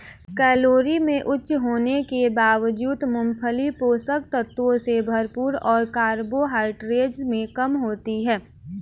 calorie में उच्च होने के बावजूद, मूंगफली पोषक तत्वों से भरपूर और कार्बोहाइड्रेट में कम होती है